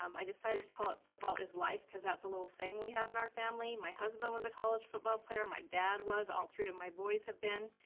um i decided to call it football is life, because that's a little saying we have in our family my husband was a college football player, my dad was, all three of my boys have been.